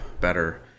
better